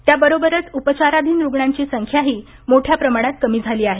त्याबरोबरच उपचाराधीन रुग्णाची संख्याही मोठ्या प्रमाणात कमी झाली आहे